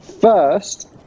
First